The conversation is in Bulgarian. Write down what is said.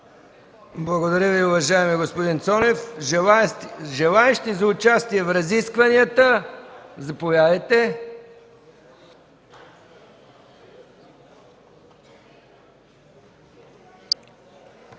Благодаря Ви, уважаеми господин Цонев. Има ли желаещи за участие в разискванията? Заповядайте,